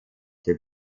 der